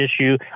issue